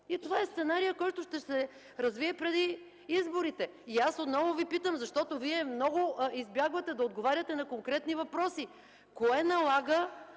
Това е сценарият, който ще се развие преди изборите. Аз отново Ви питам, защото Вие много избягвате да отговаряте на конкретни въпроси: кое налага